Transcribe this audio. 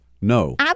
no